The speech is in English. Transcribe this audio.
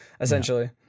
essentially